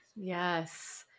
Yes